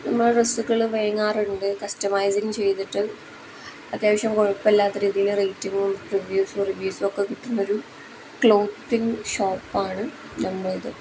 നമ്മളെ ഡ്രസ്സുകൾ വാങ്ങാറുണ്ട് കസ്റ്റമൈസിങ് ചെയ്തിട്ട് അത്യാവശ്യം കുഴപ്പം ഇല്ലാത്ത രീതിയിൽ റേറ്റിങ്ങും റിവ്യൂസും റിവ്യൂസും ഒക്കെ കിട്ടുന്ന ഒരു ക്ലോത്തിങ് ഷോപ്പാണ് നമ്മളുടേത്